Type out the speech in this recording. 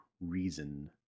reason